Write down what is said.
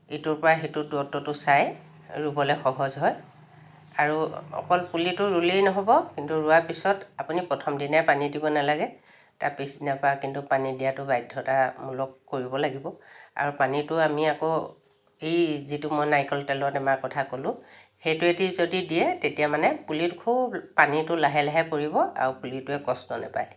এইটোৰ পৰা সেইটোৰ দূৰত্বটো চাই ৰুবলৈ সহজ হয় আৰু অকল পুলিটো ৰুলেই নহ'ব কিন্তু ৰোৱা পিছত আপুনি প্ৰথম দিনাই পানী দিব নালাগে তাৰ পিছদিনাৰ পা কিন্তু পানী দিয়াটো বাধ্যতামূলক কৰিব লাগিব আৰু পানীটো আমি আকৌ এই যিটো মই নাৰিকল তেলৰ টেমাৰ কথা ক'লো সেইটোৱেটো যদি দিয়ে তেতিয়া মানে পুলিটো খুব পানীটো লাহে লাহে পৰিব আৰু পুলিটোৱে কষ্ট নাপায়